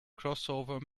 crossover